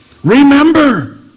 Remember